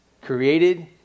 created